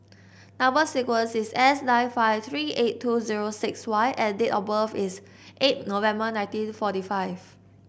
number sequence is S nine five three eight two zero six Y and date of birth is eight November nineteen forty five